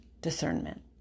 Discernment